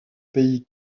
pays